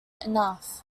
enough